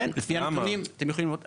כן, לפי הנתונים אתם יכולים לראות.